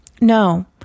no